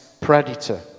predator